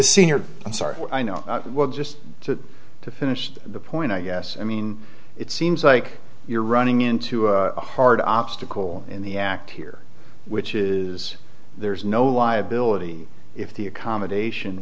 senior i'm sorry i know just to finish the point i guess i mean it seems like you're running into a hard obstacle in the act here which is there's no liability if the accommodation